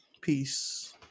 Peace